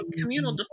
communal